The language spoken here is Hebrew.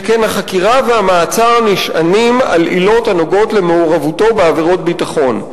שכן החקירה והמעצר נשענים על עילות הנוגעות למעורבותו בעבירות ביטחון.